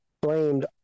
blamed